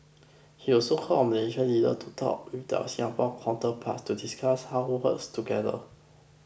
he also called on Malaysian leaders to talk with their Singaporean counterparts to discuss how us together